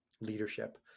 leadership